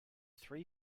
three